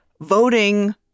voting